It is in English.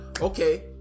okay